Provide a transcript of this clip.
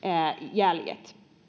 jäljet